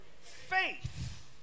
Faith